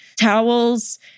towels